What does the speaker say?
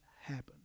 happen